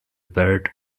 bird